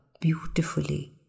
beautifully